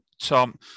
Tom